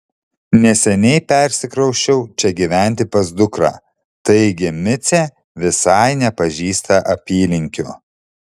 neseniai persikrausčiau čia gyventi pas dukrą taigi micė visai nepažįsta apylinkių